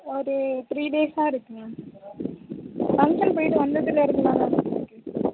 ஒரு த்ரீ டேஸ்ஸாக இருக்குது மேம் ஃபங்ஷன் போய்விட்டு வந்ததுலிருந்து தான் மேம் இது இருக்குது